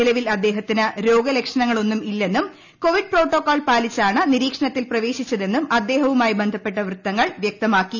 നിലവിൽ അദ്ദേഹത്തിന് രോഗലക്ഷണങ്ങളൊന്നുമില്ലെന്നും കോവിഡ് പ്രോട്ടോകോൾ പാലിച്ചാണ് നിരീക്ഷണത്തിൽ പ്രവേശിച്ചതെന്നും അദ്ദേഹവുമായി ബന്ധപ്പെട്ട വൃത്തങ്ങൾ വൃക്തമാക്കി